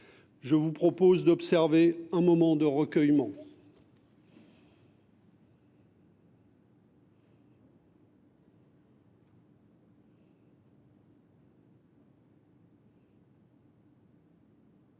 Je vous propose d’observer un moment de recueillement.